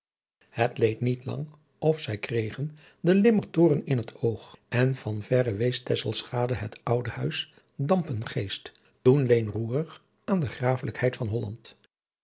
het leed niet lang of zij kregen den limmertoren in het oog en van verre wees tesselschade het oude huis dampengeest toen leenroerig aan de grafelijkheid van holland